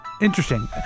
Interesting